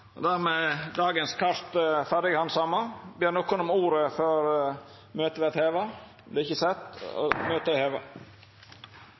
Dermed er dagens kart ferdighandsama. Ber nokon om ordet før møtet vert heva?